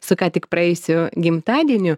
su ką tik praėjusiu gimtadieniu